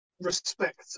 respect